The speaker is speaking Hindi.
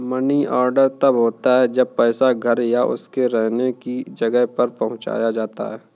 मनी ऑर्डर तब होता है जब पैसा घर या उसके रहने की जगह पर पहुंचाया जाता है